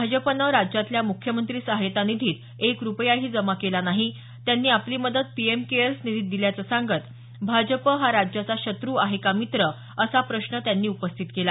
भाजपनं राज्यातल्या मुख्यमंत्री सहायता निधीत एक रूपयाही जमा केला नाही त्यांनी आपली मदत पीएम केअर्स निधीत दिल्याचं सांगत भाजप हा राज्याचा शत्र आहे का मित्र असा प्रश्न उपस्थितीत केला